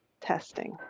testing